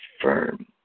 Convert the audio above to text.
firm